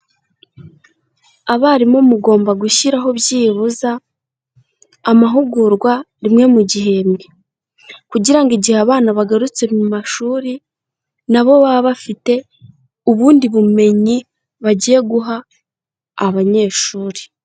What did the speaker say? Abarimu mugomba gushyiraho byibuza amahugurwa rimwe mu gihembwe, kugirango igihe abana bagarutse mu mashuri na bo babe bafite ubundi bumenyi bagiye guha abanyeshuri.